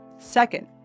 Second